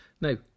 Now